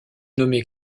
nommé